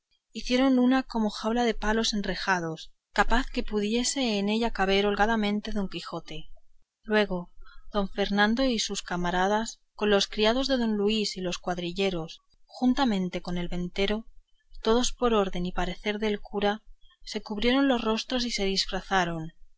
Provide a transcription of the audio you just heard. hicieron una como jaula de palos enrejados capaz que pudiese en ella caber holgadamente don quijote y luego don fernando y sus camaradas con los criados de don luis y los cuadrilleros juntamente con el ventero todos por orden y parecer del cura se cubrieron los rostros y se disfrazaron